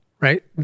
right